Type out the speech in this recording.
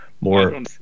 more